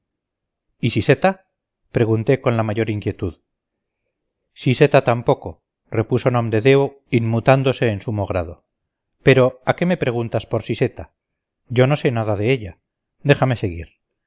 y siseta pregunté con la mayor inquietud siseta tampoco repuso nomdedeu inmutándose en sumo grado pero a qué me preguntas por siseta yo no sé nada de ella déjame seguir